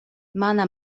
mana